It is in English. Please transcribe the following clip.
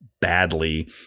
badly